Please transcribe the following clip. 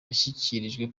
yashyikirijwe